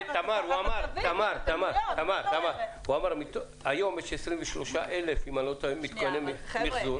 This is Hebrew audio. תמר, הוא אמר, היום יש 23,000 מתקני מיחזור.